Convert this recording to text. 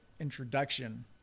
introduction